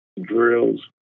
drills